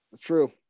True